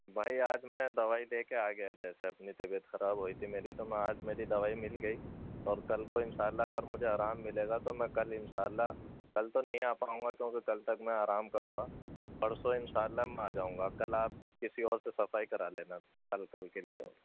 بھائی آج میں دوائی دے کے آ گیا جیسا اپنی طبیعت خراب ہوٮٔی تھی میری تو میں آج میری دوائی مل گئی اور کل کو اِنشاء اللہ اگر مجھے آرام ملے گا تو میں کل اِنشاء اللہ کل تو نہیں آ پاؤں گا کیوں کہ کل تک میں آرام کروں گا پرسوں اِنشاء اللہ میں آ جاؤں گا کل آپ کسی اور سے صفائی کرا لینا کل کل کے لیے اور